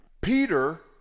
Peter